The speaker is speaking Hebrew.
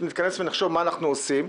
נתכנס ונחשוב מה אנחנו עושים.